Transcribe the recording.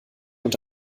und